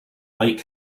like